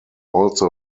also